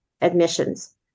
admissions